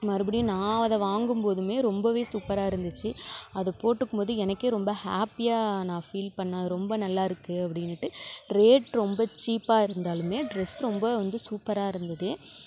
மறுபடியும் நான் அதை வாங்கும் போதுமே ரொம்பவே சூப்பராக இருந்துச்சு அதை போட்டுக்கும் போது எனக்கே ரொம்ப ஹேப்பியாக நான் ஃபீல் பண்ணேன் ரொம்ப நல்லா இருக்கு அப்படினுட்டு ரேட் ரொம்ப சீப்பாக இருந்தாலுமே டிரஸ் ரொம்ப வந்து சூப்பராக இருந்தது